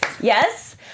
Yes